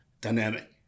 dynamic